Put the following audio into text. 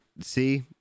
See